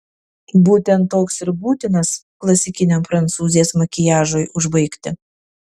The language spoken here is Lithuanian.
būtent toks ir būtinas klasikiniam prancūzės makiažui užbaigti